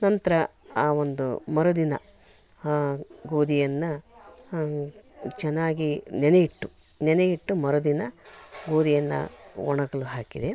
ನಂತರ ಆ ಒಂದು ಮರುದಿನ ಆ ಗೋಧಿಯನ್ನು ಚೆನ್ನಾಗಿ ನೆನೆಯಿಟ್ಟು ನೆನೆಯಿಟ್ಟು ಮರುದಿನ ಗೋಧಿಯನ್ನು ಒಣಗಲು ಹಾಕಿದೆ